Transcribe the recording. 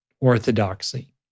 orthodoxy